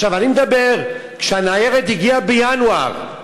אני מדבר על זה שהניירת הגיעה בינואר.